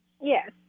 Yes